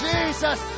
Jesus